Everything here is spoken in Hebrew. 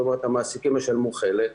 כלומר המעסיקים ישלמו חלק,